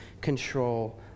control